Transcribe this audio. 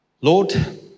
Lord